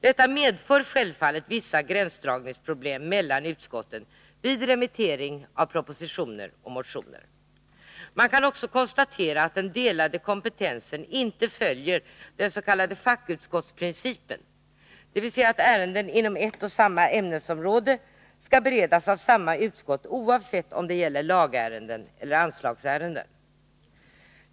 Detta medför självfallet vissa gränsdragningsproblem mellan utskotten vid remittering av propositioner och motioner. Man kan också konstatera att den delade kompetensen inte följer den s.k. fackutskottsprincipen, dvs. att ärenden inom ett och samma ämnesområde skall beredas av samma utskott oavsett om det gäller lagärenden eller anslagsärenden.